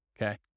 Okay